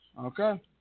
Okay